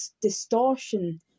distortion